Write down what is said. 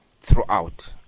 throughout